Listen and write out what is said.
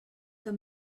the